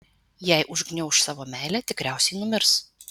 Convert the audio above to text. jei užgniauš savo meilę tikriausiai numirs